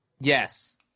Yes